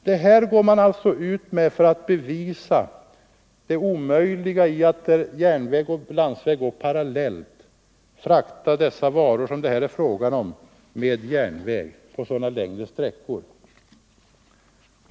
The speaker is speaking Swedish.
Detta går man alltså ut med för att bevisa det omöjliga i att de varor som det här är frågan om fraktas på järnväg längre sträckor.